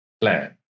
plan